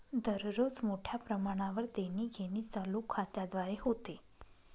दररोज मोठ्या प्रमाणावर देणीघेणी चालू खात्याद्वारे होते